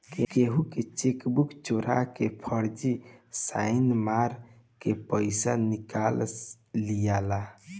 केहू के चेकबुक चोरा के फर्जी साइन मार के पईसा निकाल लियाला